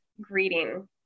greeting